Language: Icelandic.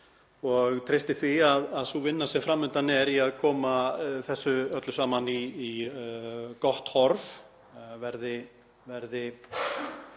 ég treysti því að sú vinna sem fram undan er í að koma þessu öllu saman í gott horf verði